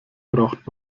braucht